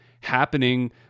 happening